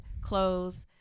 clothes